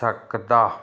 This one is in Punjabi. ਸਕਦਾ